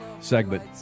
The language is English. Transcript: segment